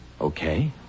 Okay